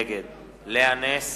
נגד לאה נס,